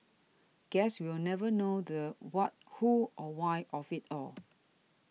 guess we'll never know the what who or why of it all